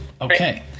Okay